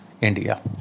India